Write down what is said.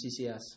CCS